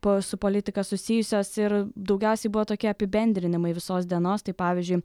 po su politika susijusios ir daugiausiai buvo tokie apibendrinimai visos dienos tai pavyzdžiui